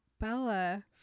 Bella